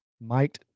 Mike